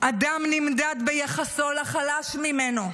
אדם נמדד ביחסו לחלש ממנו.